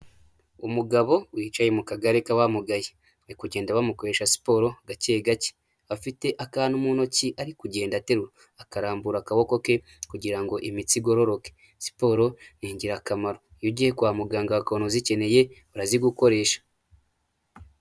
Umugabo wicaye mu kagare k'abamugaye bari kugenda bamukoresha siporo gake gake, afite akantu mu ntoki ari kugenda aterura akarambura akaboko ke kugira ngo imitsi igororoke. Siporo ni ingirakamaro, iyo ugiye kwa muganga bakabona uzikeneye barazigukoresha.